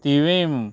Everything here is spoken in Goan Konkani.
थिवीम